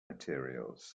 materials